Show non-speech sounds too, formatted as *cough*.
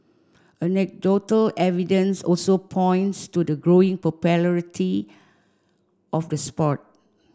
anecdotal evidence also points to the growing *unintelligible* of the sport